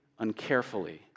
uncarefully